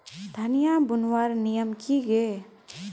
धनिया बूनवार नियम की गे?